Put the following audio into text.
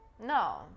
No